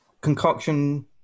concoction